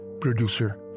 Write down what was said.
producer